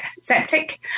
septic